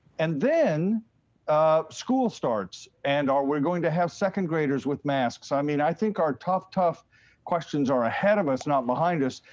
and then school starts, and are we going to have second graders with masks? i mean i think our tough tough questions are ahead of us, not behind us.